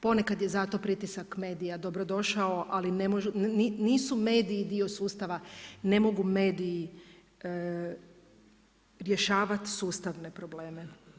Ponekad je zato pritisak medija dobro došao, ali nisu mediji dio sustava, ne mogu mediji rješavati sustavne probleme.